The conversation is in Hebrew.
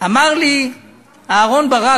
אמר לי אהרן ברק,